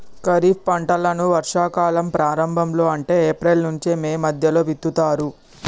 ఖరీఫ్ పంటలను వర్షా కాలం ప్రారంభం లో అంటే ఏప్రిల్ నుంచి మే మధ్యలో విత్తుతరు